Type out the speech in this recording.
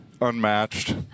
unmatched